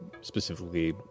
specifically